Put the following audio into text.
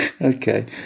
Okay